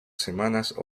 semanas